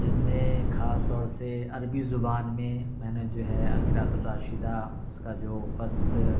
جن میں کھاص طور سے عربی زبان میں میں نے جو ہے القرائة الراشدة اس کا جو فسٹ